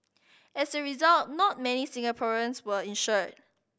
as a result not many Singaporeans were insured